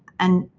and,